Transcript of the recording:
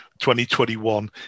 2021